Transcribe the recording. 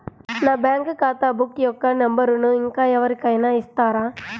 నా బ్యాంక్ ఖాతా బుక్ యొక్క నంబరును ఇంకా ఎవరి కైనా ఇస్తారా?